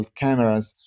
cameras